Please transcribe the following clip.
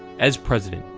as president,